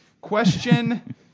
Question